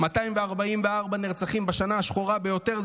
244 נרצחים בשנה השחורה ביותר,